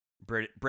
Brit